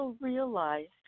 realized